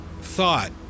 thought